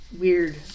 weird